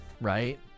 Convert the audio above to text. right